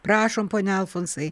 prašom pone alfonsai